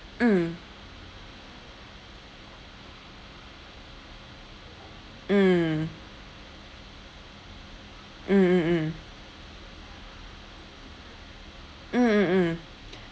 mm mm mm mm mm mm mm mm